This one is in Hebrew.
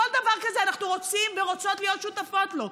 כל דבר כזה אנחנו רוצים ורוצות להיות שותפות לו.